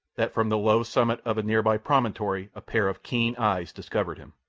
that from the low summit of a near-by promontory a pair of keen eyes discovered him.